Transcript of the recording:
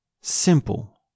simple